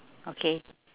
okay